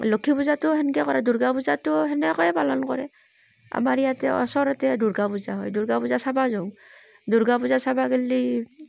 লক্ষী পূজাটো সেনেকৈ কৰে দুৰ্গা পূজাটো সেনেকৈয়ে পালন কৰে আমাৰ ইয়াতে ওচৰতে দুৰ্গা পূজা হয় দুৰ্গা পূজা চাব যাওঁ দুৰ্গা পূজা চাব গ'লে